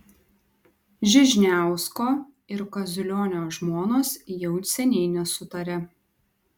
žižniausko ir kaziulionio žmonos jau seniai nesutaria